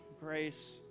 grace